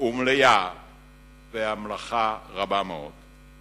ומלאה והמלאכה רבה מאוד.